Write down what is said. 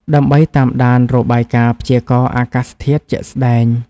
ដើម្បីតាមដានរបាយការណ៍ព្យាករណ៍អាកាសធាតុជាក់ស្ដែង។